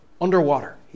underwater